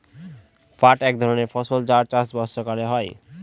পাট এক ধরনের ফসল যার চাষ বর্ষাকালে হয়